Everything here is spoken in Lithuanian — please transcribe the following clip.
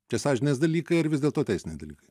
čia sąžinės dalykai ar vis dėlto teisiniai dalykai